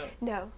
No